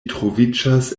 troviĝas